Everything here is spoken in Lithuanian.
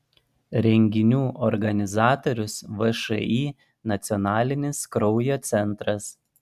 renginių organizatorius všį nacionalinis kraujo centras